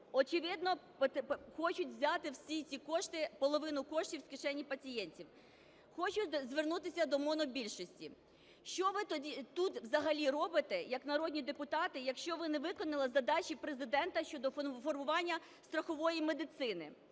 очевидно, хочуть взяти всі ці кошти, половину коштів з кишені пацієнтів. Хочу звернутися до монобільшості: що ви тоді тут взагалі робите як народні депутати, якщо ви виконали задачі Президента щодо формування страхової медицини?